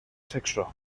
sexo